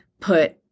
put